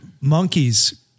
monkeys